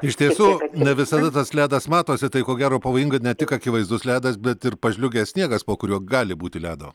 iš tiesų ne visada tas ledas matosi tai ko gero pavojinga ne tik akivaizdus ledas bet ir pažliugęs sniegas po kuriuo gali būti ledo